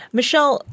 Michelle